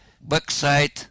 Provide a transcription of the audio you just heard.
backside